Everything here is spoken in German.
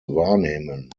wahrnehmen